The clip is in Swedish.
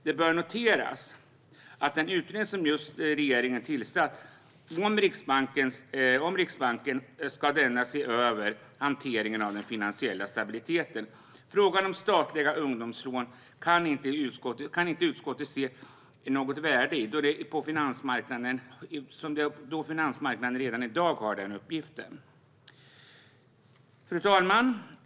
Det bör noteras att den utredning som regeringen just har tillsatt om Riksbanken ska se över hanteringen av den finansiella stabiliteten. Frågan om statliga ungdomslån kan inte utskottet se något värde i då finansmarknaden redan i dag har denna uppgift. Fru talman!